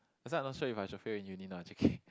that's why I not sure if I should fail in uni now J_K